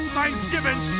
Thanksgiving